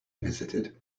visited